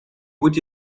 would